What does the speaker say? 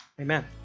Amen